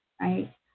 right